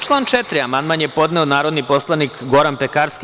Na član 4. amandman je podneo narodni poslanik Goran Pekarski.